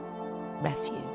refuge